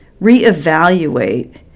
reevaluate